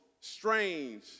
strange